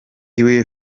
ibuye